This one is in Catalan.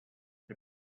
per